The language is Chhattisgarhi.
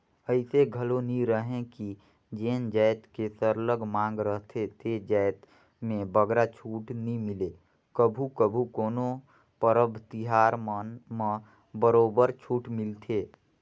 अइसे घलो नी रहें कि जेन जाएत के सरलग मांग रहथे ते जाएत में बगरा छूट नी मिले कभू कभू कोनो परब तिहार मन म बरोबर छूट मिलथे